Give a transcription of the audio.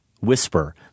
whisper